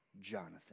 Jonathan